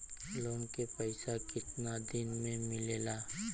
Loan के पैसा कितना दिन मे मिलेला?